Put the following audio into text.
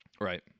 Right